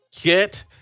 Get